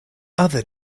other